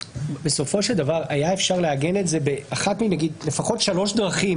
בסופו של דבר היה אפשר לעגן את זה לפחות בשלוש דרכים